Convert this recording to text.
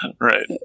Right